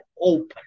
open